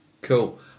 Cool